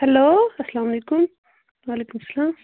hello اسلام علیکُم وعلیکُم سلام